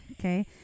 okay